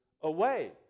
away